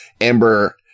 amber